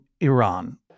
Iran